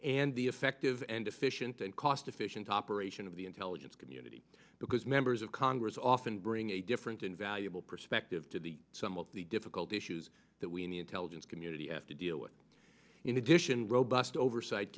and the effective and efficient and cost efficient operation of the intelligence community because members of congress often bring a different invaluable perspective to the the difficult issues that we in the intelligence community have to deal with in addition robust oversight